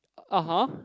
(uh huh)